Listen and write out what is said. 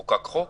חוקק חוק